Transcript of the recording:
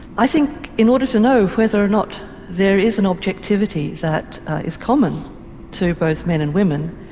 i think in order to know whether or not there is an objectivity that is common to both men and women,